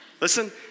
Listen